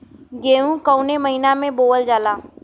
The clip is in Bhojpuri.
गेहूँ कवने महीना में बोवल जाला?